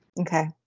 okay